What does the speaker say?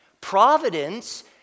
Providence